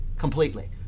Completely